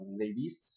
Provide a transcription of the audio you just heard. ladies